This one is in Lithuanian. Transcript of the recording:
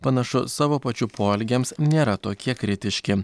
panašu savo pačių poelgiams nėra tokie kritiški